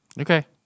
Okay